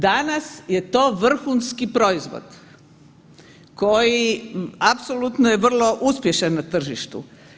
Danas je to vrhunski proizvod koji apsolutno je uspješan na tržištu.